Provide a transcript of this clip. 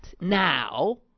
now